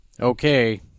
Okay